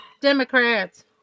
Democrats